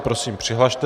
Prosím přihlaste se.